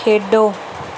ਖੇਡੋ